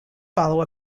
follow